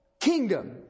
kingdom